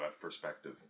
perspective